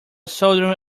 soldering